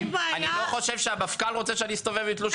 אני לא חושב שהמפכ"ל רוצה שאני אסתובב עם תלוש של פלוני,